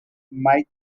mike